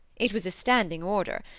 it was a standing order,